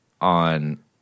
on